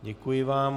Děkuji vám.